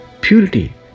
purity